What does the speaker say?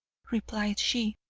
replied she.